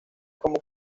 como